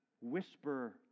whisper